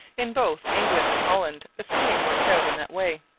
in both england and holland the scheme worked out in that way.